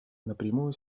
напрямую